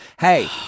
Hey